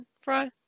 Fry